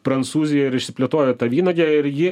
prancūzijoj ir išsiplėtojo ta vynuogė ir ji